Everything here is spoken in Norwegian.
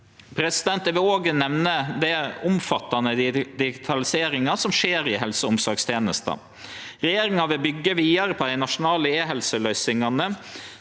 Eg vil òg nemne den omfattande digitaliseringa som skjer i helse- og omsorgstenesta. Regjeringa vil byggje vidare på dei nasjonale e-helseløysingane.